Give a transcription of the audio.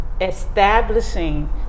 establishing